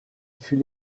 fut